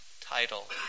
title